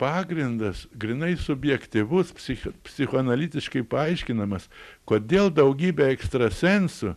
pagrindas grynai subjektyvus psich psichoanalitiškai paaiškinamas kodėl daugybė ekstrasensų